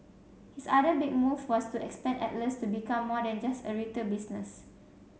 his other big move was to expand Atlas to become more than just a retail business